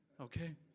Okay